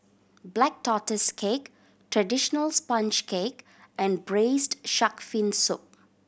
Black Tortoise Cake traditional sponge cake and Braised Shark Fin Soup